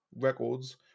Records